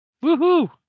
Woo-hoo